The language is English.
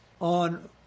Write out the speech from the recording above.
on